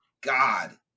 God